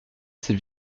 ses